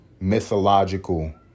mythological